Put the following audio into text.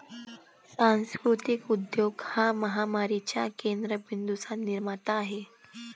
सांस्कृतिक उद्योजक हा महामारीच्या केंद्र बिंदूंचा निर्माता आहे